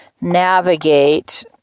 navigate